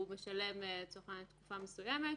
הוא משלם לצורך העניין תקופה מסוימת,